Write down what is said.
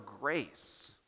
grace